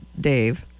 Dave